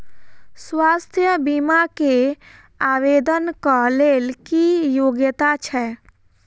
स्वास्थ्य बीमा केँ आवेदन कऽ लेल की योग्यता छै?